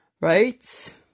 Right